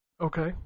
Okay